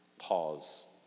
pause